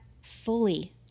fully